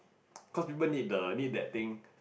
cause people need the need that thing